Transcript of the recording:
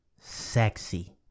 sexy